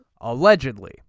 allegedly